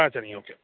ஆ சரிங்க ஓகே